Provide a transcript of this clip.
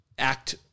Act